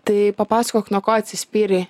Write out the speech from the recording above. tai papasakok nuo ko atsispyrei